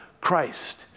Christ